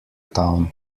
town